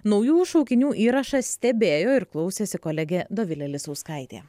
naujųjų šaukinių įrašą stebėjo ir klausėsi kolegė dovilė lisauskaitė